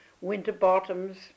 Winterbottom's